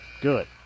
Good